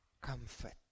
comfort